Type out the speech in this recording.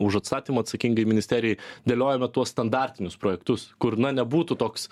už atstatymą atsakingai ministerijai dėliojame tuos standartinius projektus kur na nebūtų toks